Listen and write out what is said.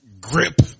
grip